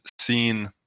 seen